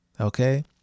okay